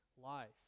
life